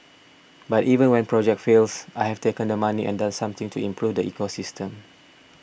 but even when projects fails I have taken the money and done something to improve the ecosystem